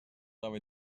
dava